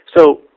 So-